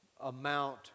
amount